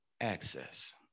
access